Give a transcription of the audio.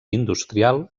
industrial